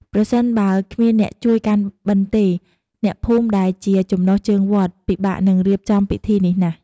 ប្រសិនបើគ្មានអ្នកជួយកាន់បិណ្ឌទេ អ្នកភូមិដែលជាចំណុះជើងវត្ត ពិបាកនឹងរៀបចំពិធីនេះណាស់។